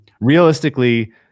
Realistically